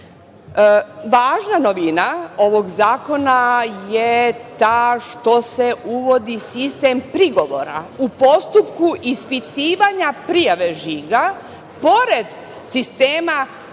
Važna novina ovog zakona je ta što se uvodi sistem prigovora u postupku ispitivanja prijave žiga, pored sistema prigovora,